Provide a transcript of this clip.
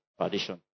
tradition